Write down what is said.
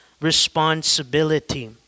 responsibility